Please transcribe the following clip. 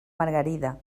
margarida